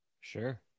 Sure